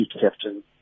captain